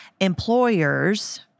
employers